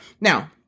Now